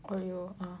oreo ah